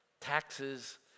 taxes